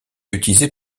utilisée